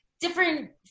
different